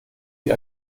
wie